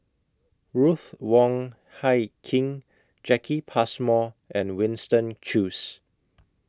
Ruth Wong Hie King Jacki Passmore and Winston Choos